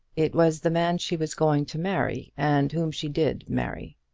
it was the man she was going to marry, and whom she did marry.